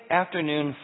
afternoon